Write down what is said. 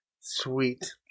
Sweet